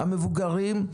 המבוגרים,